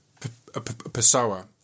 Pessoa